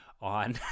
on